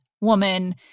woman